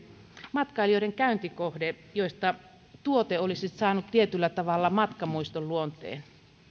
matkailijoiden käyntikohteita joissa tuotteet olisivat saaneet tietyllä tavalla matkamuiston luonteen